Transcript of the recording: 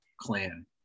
clan